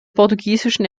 portugiesischen